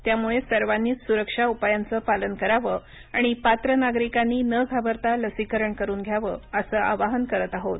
त्यामुळे सर्वांनीच सुरक्षा उपायांचं पालन करावं आणि पात्र नागरिकांनी न घाबरता लसीकरण करून घ्यावं असं आवाहन करत आहोत